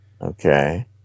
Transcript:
Okay